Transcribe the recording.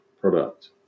product